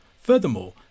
Furthermore